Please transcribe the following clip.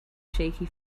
shaky